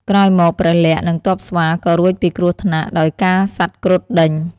ក្រោយមក ព្រះលក្សណ៍ និងទព័ស្វា ក៏រួចពីគ្រោះថ្នាក់ ដោយការសត្វគ្រុឌដេញ។